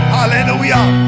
Hallelujah